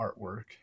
artwork